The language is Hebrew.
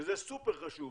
שזה סופר חשוב.